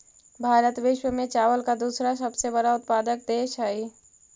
भारत विश्व में चावल का दूसरा सबसे बड़ा उत्पादक देश हई